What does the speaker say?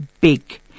big